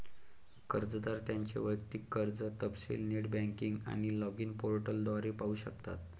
कर्जदार त्यांचे वैयक्तिक कर्ज तपशील नेट बँकिंग आणि लॉगिन पोर्टल द्वारे पाहू शकतात